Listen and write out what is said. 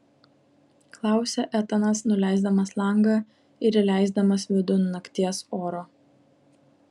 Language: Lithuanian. klausia etanas nuleisdamas langą ir įleisdamas vidun nakties oro